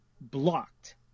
blocked